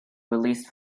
released